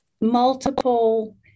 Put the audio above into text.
Multiple